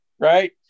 right